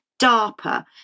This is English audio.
DARPA